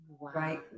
Right